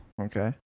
okay